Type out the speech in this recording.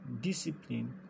discipline